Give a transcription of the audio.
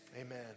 amen